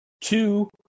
Two